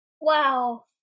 Wow